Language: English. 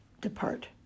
depart